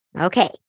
Okay